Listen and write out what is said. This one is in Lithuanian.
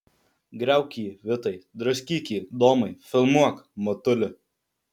griauk jį vitai draskyk jį domai filmuok matuli